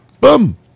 Boom